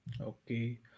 Okay